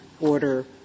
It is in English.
order